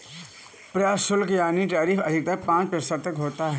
प्रशुल्क यानी टैरिफ अधिकतर पांच प्रतिशत तक होता है